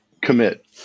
Commit